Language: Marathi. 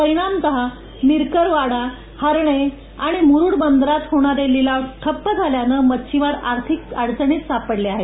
परिणामतः मिरकरवाडा हर्णे आणि मुरूड बंदरात होणारे लिलाव ठप्प झाल्यानं मच्छिमार आर्थिक अडचणीत सापडले आहेत